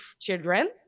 children